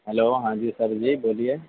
hello ہاں جی sir جی بولیے